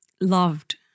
loved